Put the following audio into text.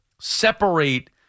separate